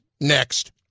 next